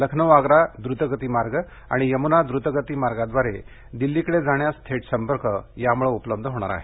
लखनौ आग्रा द्रतगती मार्ग आणि यम्ना द्रतगती मार्गाद्वारे दिल्लीकडे जाण्यास थेट संपर्क याम्ळे उपलब्ध होणार आहे